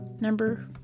Number